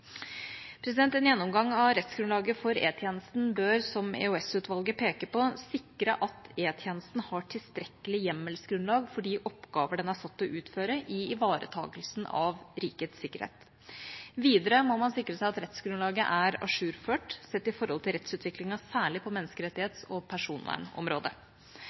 En gjennomgang av rettsgrunnlaget for E-tjenesten bør, som EOS-utvalget peker på, sikre at E-tjenesten har tilstrekkelig hjemmelsgrunnlag for de oppgaver den er satt til å utføre i ivaretakelsen av rikets sikkerhet. Videre må man sikre seg at rettsgrunnlaget er ajourført sett i forhold til rettsutviklingen, særlig på menneskerettighets- og personvernområdet.